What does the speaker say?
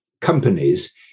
companies